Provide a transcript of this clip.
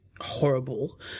horrible